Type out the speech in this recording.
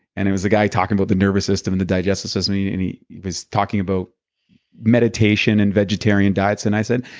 and it was a guy talking about the nervous system and the digestive system. he and and he was talking about meditation and vegetarian diets. and i said,